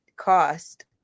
cost